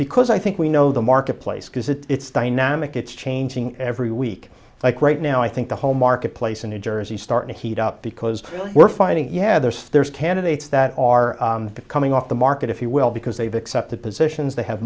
because i think we know the marketplace because it's dynamic it's changing every week like right now i think the whole marketplace in new jersey start heat up because we're finding yeah there's there's candidates that are coming off the market if you will because they've accepted positions they have